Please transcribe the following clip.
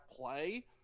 play